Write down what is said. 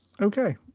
Okay